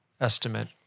estimate